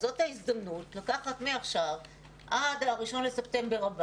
זאת ההזדמנות לקחת מעכשיו עד ה-1 בספטמבר,